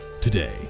today